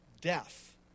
death